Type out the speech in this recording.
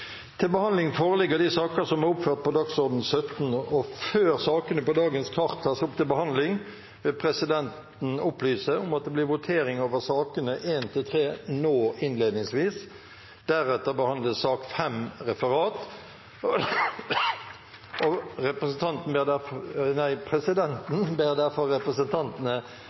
Før sakene på dagens kart tas opp til behandling, vil presidenten opplyse om at det blir votering over sakene nr. 1–3 nå innledningsvis. Deretter behandles sak nr. 5, Referat. Presidenten ber